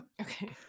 Okay